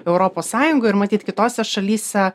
europos sąjungoj ir matyt kitose šalyse